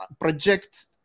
project